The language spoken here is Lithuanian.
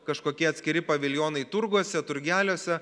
kažkokie atskiri paviljonai turguose turgeliuose